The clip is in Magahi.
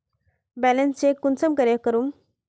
बैलेंस चेक कुंसम करे करूम?